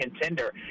contender